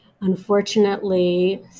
unfortunately